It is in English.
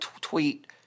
tweet